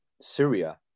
Syria